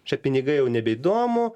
čia pinigai jau nebeįdomu